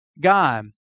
God